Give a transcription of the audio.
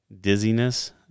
dizziness